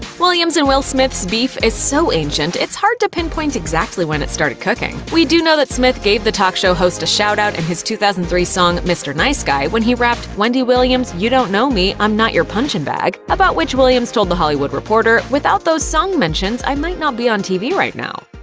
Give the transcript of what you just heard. williams and will smith's beef is so ancient, it's hard to pinpoint exactly when it started cooking. we do know that smith gave the talk show host a shout out in his two thousand and three song, mr. niceguy, when he rapped wendy williams, you don't know me i'm not your punchin' bag, about which, williams told the hollywood reporter, without those song mentions, i might not be on tv right now.